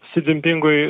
si dzinpingui